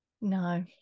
No